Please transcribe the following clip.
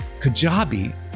Kajabi